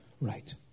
right